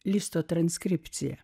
listo transkripciją